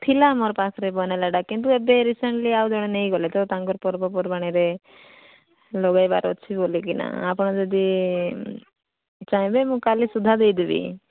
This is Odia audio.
ଥିଲା ମୋର ପାଖ୍ରେ ବନେଇଲାଟା କିନ୍ତୁ ଏବେ ରିସେଣ୍ଟଲି ଆଉ ଜଣେ ନେଇଗଲେ ତ ତାଙ୍କର ପର୍ବ ପର୍ବାଣିରେ ଲଗାଇବାର ଅଛି ବୋଲି କିନା ଆପଣ ଯଦି ଚାହିଁବେ ମୁଁ କାଲି ସୁଧା ଦେଇଦେବି